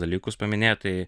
dalykus paminėt tai